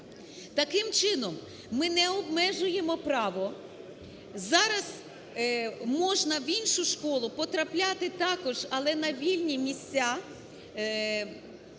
Таким чином, ми не обмежуємо право, зараз можна в іншу школу потрапляти також, але на вільні місця